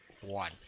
one